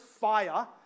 fire